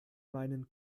meinen